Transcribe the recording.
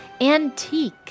antique